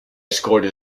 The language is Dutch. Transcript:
scoorde